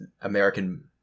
American